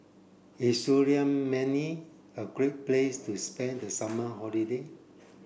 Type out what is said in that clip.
is a great place to spend the summer holiday